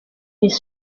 les